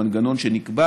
המנגנון שנקבע